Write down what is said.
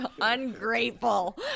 Ungrateful